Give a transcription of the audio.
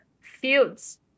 fields